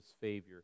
favor